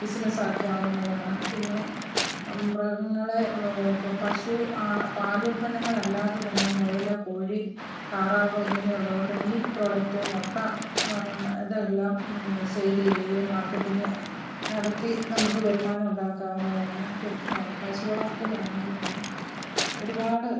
ബിസിനസ്സാക്കാവുന്നതാണ് പിന്നെ മൃഗങ്ങളെ പശു പാലുൽപന്നങ്ങൾ അല്ലാതെ തന്നെ മുയൽ കോഴി താറാവ് ഇങ്ങനെയുള്ളതു കൊണ്ട് മീറ്റ് പ്രോഡക്റ്റ് മുട്ട ഇതെല്ലാം സെയിൽ ചെയ്യുകയും മാർക്കറ്റിംഗ് നടത്തി നമുക്ക് വരുമാനം ഉണ്ടാക്കാവുന്നതാണ് പിന്നെ പശു വളർത്തൽ ആണെങ്കിൽ തന്നെ ഒരുപാട്